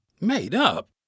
Made-up